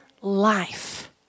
life